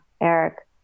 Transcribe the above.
Eric